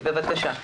בבקשה.